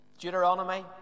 Deuteronomy